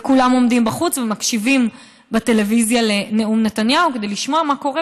וכולם עומדים בחוץ ומקשיבים בטלוויזיה לנאום נתניהו כדי לשמוע מה קורה,